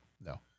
No